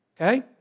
Okay